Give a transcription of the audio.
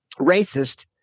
racist